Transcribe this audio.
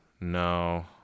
No